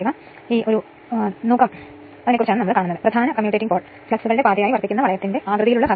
കാരണം ഉയർന്ന വോൾട്ട് കാരണം ഷോർട്ട് സർക്യൂട്ട് പരിശോധനയ്ക്ക് വളരെ കുറഞ്ഞ വോൾട്ടേജ് ആവശ്യമാണ്